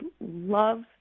love